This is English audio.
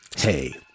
Hey